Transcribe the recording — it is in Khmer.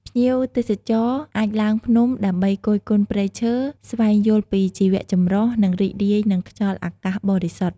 ភ្ញៀវទេសចរអាចឡើងភ្នំដើម្បីគយគន់ព្រៃឈើ ស្វែងយល់ពីជីវៈចម្រុះ និងរីករាយនឹងខ្យល់អាកាសបរិសុទ្ធ។